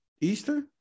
Easter